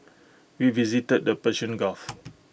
we visited the Persian gulf